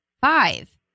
five